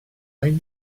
ein